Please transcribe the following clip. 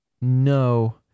no